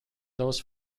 those